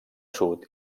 sud